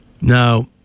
Now